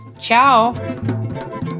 Ciao